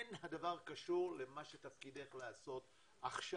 אין הדבר קשור למה שתפקידנו לעשות עכשיו